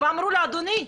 ואמרו לו: אדוני,